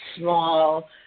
small